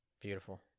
Beautiful